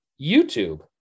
YouTube